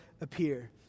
appear